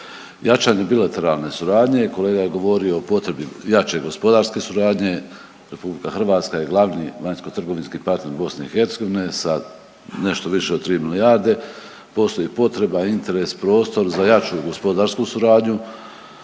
Jačanje bilateralne suradnje, kolega je govorio o potrebi jače gospodarske suradnje, RH je glavni vanjskotrgovinski partner BiH, sa nešto više od 3 milijarde. Postoji potreba, interes, prostor za jaču gospodarsku suradnju,